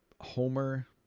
Homer